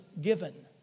given